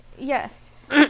Yes